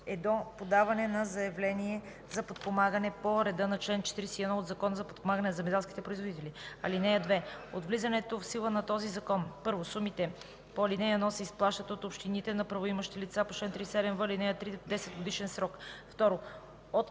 е до подаване на заявление за подпомагане по реда на чл. 41 от Закона за подпомагане на земеделските производители. (2) От влизането в сила на този закон: 1. сумите по ал. 1 се изплащат от общините на правоимащите лица по чл. 37в, ал. 3 в 10-годишен срок; 2.